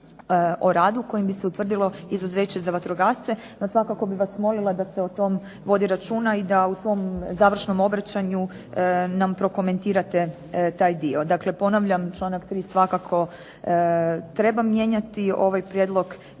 o radu kojim bi se utvrdilo izuzeće za vatrogasce, no svakako bih vas molila da se o tom vodi računa i da u svom završnom obraćanju nam prokomentirate taj dio. Dakle ponavljam, članak 3. svakako treba mijenjati. Ovaj prijedlog je